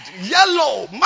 yellow